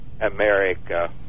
America